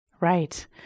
Right